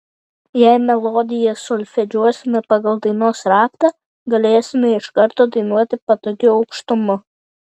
jei melodiją solfedžiuosime pagal dainos raktą galėsime iš karto dainuoti patogiu aukštumu